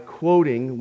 quoting